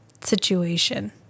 situation